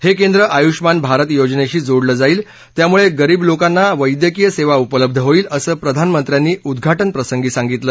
हे केंद्र आयुष्यमान भारत योजनेशी जोडलं जाईल त्यामुळं गरीब लोकांना वैदयकीय सेवा उपलब्ध होईल असं प्रधानमंत्र्यांनी उद्घाटनप्रसंगी सांगितलं